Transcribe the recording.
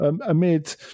amid